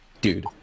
dude